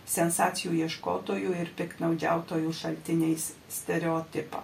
sensacijų ieškotojų ir piktnaudžiautojų šaltiniais stereotipą